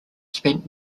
spent